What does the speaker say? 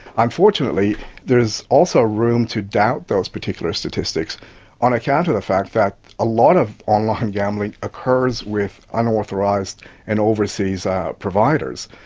unfortunately there is also room to doubt those particular statistics on account of the fact that a lot of online gambling occurs with unauthorised and overseas providers,